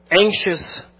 anxious